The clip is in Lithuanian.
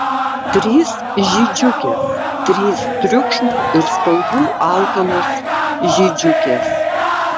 trys žydžiukės trys triukšmo ir spalvų alkanos žydžiukės